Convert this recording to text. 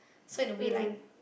so in a way like